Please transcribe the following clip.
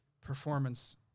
performance